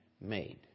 made